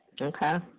Okay